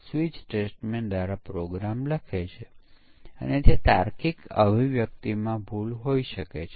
કારણ કે ડેટા કે બીજા કોઈ કારણને લીધે પરિવર્તનનો અન્ય ભાગો પર પ્રભાવ પડી શકે છે